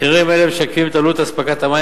מחירים אלה משקפים את עלות אספקת המים